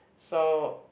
so